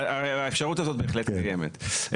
האפשרות הזאת בהחלט קיימת.